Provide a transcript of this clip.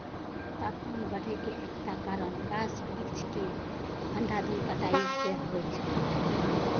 तापमान बढ़े के एकटा कारण गाछ बिरिछ के अंधाधुंध कटाइ सेहो छै